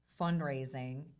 fundraising